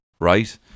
right